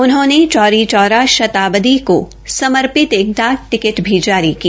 उन्होंने चौरी चौरा शताब्दी को समर्पित एक डाक टिकट भी जारी की